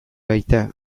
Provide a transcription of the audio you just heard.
baita